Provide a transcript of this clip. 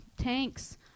tanks